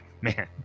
Man